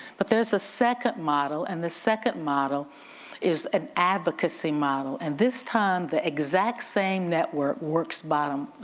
but there's a second model and the second model is an advocacy model and this time the exact same network works bottom-up.